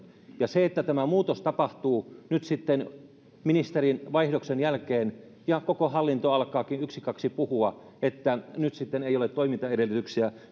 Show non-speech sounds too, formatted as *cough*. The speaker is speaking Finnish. tämä muutos tapahtuu nyt sitten ministerin vaihdoksen jälkeen ja koko hallinto alkaakin yks kaks puhua että nyt sitten ei ole toimintaedellytyksiä *unintelligible*